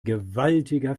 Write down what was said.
gewaltiger